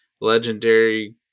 legendary